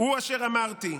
"הוא אשר אמרתי.